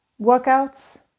workouts